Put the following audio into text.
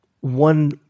one